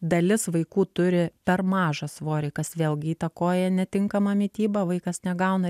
dalis vaikų turi per mažą svorį kas vėlgi įtakoja netinkama mityba vaikas negauna